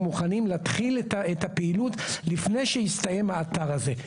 מוכנים להתחיל את הפעילות לפני שהסתיים האתר הזה,